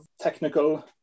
technical